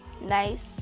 nice